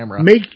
make